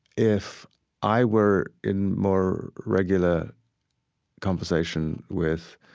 if i were in more regular conversation with